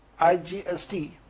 IGST